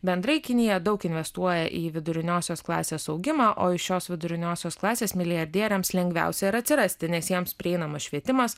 bendrai kinija daug investuoja į viduriniosios klasės augimą o iš šios viduriniosios klasės milijardieriams lengviausia yra atsirasti nes jiems prieinamas švietimas